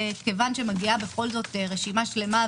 כיוון שמגיעה רשימה שלמה,